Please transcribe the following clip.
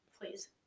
Please